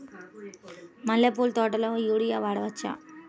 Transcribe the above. మల్లె పూల తోటలో యూరియా వాడవచ్చా?